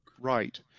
Right